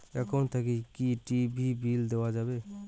Account থাকি কি TV bill দেওয়া যাবে?